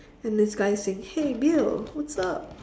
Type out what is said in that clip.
and this guy saying hey bill what's up